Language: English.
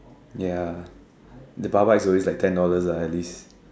ya the bar bites always like ten dollars lah at least